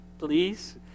please